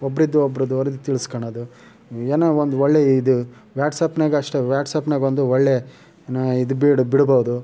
ಒಬ್ರಿಂದ ಒಬ್ರದ್ದು ವರದಿ ತಿಳಿಸ್ಕೊಳ್ಳೋದು ಏನೋ ಒಂದು ಒಳ್ಳೆ ಇದು ವ್ಯಾಟ್ಸಾಪ್ದಾಗೆ ಅಷ್ಟೇ ವ್ಯಾಟ್ಸಾಪ್ದಾಗೆ ಒಂದು ಒಳ್ಳೆ ಇದು ಬಿಡು ಬಿಡಬೋದು